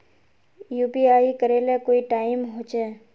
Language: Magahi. यु.पी.आई करे ले कोई टाइम होचे?